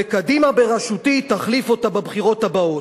וקדימה בראשותי תחליף אותה בבחירות הבאות.